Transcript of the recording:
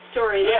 story